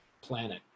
planet